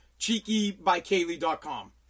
CheekyByKaylee.com